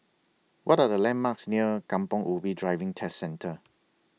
What Are The landmarks near Kampong Ubi Driving Test Centre